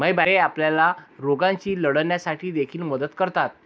फळे आपल्याला रोगांशी लढण्यासाठी देखील मदत करतात